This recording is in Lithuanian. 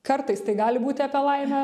kartais tai gali būti apie laimę